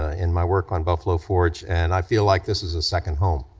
ah in my work on buffalo forge and i feel like this is a second home.